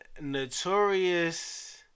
notorious